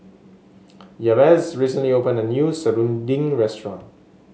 Jabez recently opened a new serunding restaurant